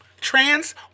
Trans